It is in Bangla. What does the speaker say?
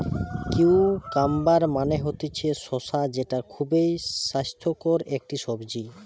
কিউকাম্বার মানে হতিছে শসা যেটা খুবই স্বাস্থ্যকর একটি সবজি